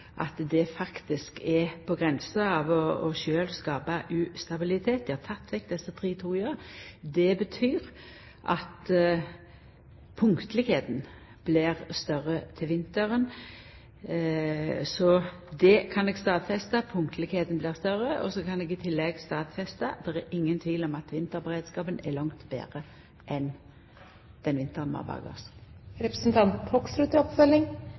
at det faktisk er på grensa til sjølv å skapa ustabilitet. Ein har teke vekk desse tre toga. Det betyr at punktlegskapen blir større til vinteren. Så eg kan stadfesta: Punktlegskapen blir større. Så kan eg i tillegg stadfesta at det er ingen tvil om at vinterberedskapen er langt betre enn han var den